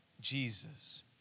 Jesus